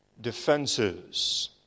defenses